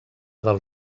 del